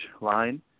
line